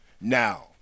Now